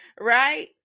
Right